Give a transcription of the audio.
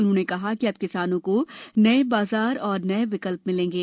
उन्होंने कहा कि अब किसानों को नए बाजार और नए विकल्प मिलेंगे